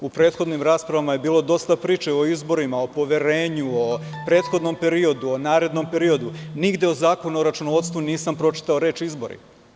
U prethodnim raspravama je bilo dosta priča o izborima, o poverenju, o prethodnom periodu, o narednom periodu, a nigde u Zakonu o računovodstvu nisam pročitao reč – izbori.